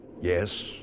Yes